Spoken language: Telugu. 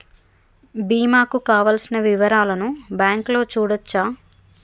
బీమా కు కావలసిన వివరాలను బ్యాంకులో చూడొచ్చా?